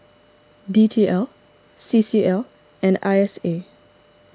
D T L C C L and I S A